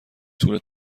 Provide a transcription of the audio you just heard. طول